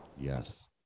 Yes